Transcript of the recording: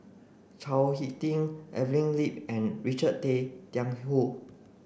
Chao Hick Tin Evelyn Lip and Richard Tay Tian Hoe